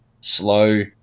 slow